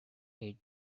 age